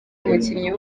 umukinnyi